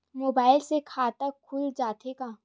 Mobile से खाता खुल सकथे का?